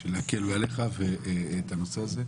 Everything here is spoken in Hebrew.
אני חושב